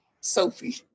sophie